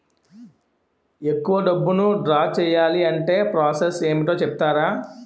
ఎక్కువ డబ్బును ద్రా చేయాలి అంటే ప్రాస సస్ ఏమిటో చెప్తారా?